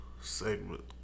segment